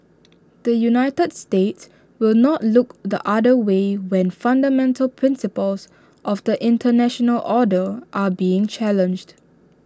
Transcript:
the united states will not look the other way when fundamental principles of the International order are being challenged